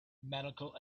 medical